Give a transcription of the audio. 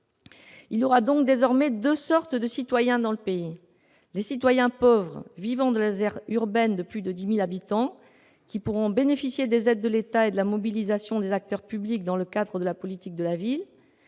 Il y aura donc désormais deux sortes de citoyens dans notre pays : les citoyens pauvres vivant dans des aires urbaines de plus de 10 000 habitants, qui pourront bénéficier des aides de l'État et de la mobilisation des acteurs publics dans le cadre de la politique de la ville